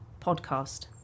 podcast